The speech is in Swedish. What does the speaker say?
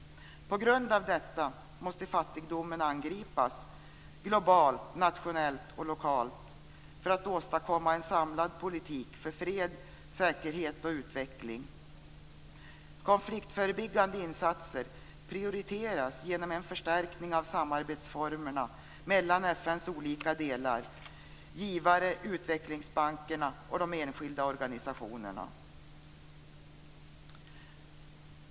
På grund av detta måste fattigdomen angripas globalt, nationellt och lokalt för att åstadkomma en samlad politik för fred, säkerhet och utveckling. Konfliktförebyggande insatser prioriteras genom en förstärkning av samarbetsformerna mellan FN:s olika delar, givare, utvecklingsbankerna och enskilda organisationer.